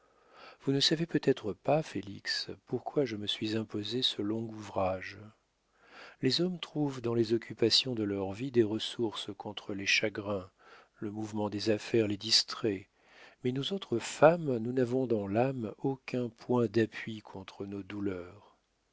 vous ne savez peut-être pas félix pourquoi je me suis imposé ce long ouvrage les hommes trouvent dans les occupations de leur vie des ressources contre les chagrins le mouvement des affaires les distrait mais nous autres femmes nous n'avons dans l'âme aucun point d'appui contre nos douleurs